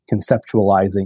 conceptualizing